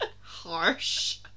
Harsh